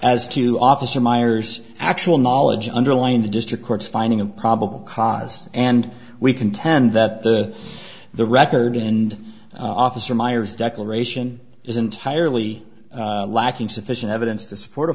as to officer myers actual knowledge underlying the district court's finding of probable cause and we contend that the the record and officer meyers declaration is entirely lacking sufficient evidence to support